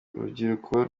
urubyiruko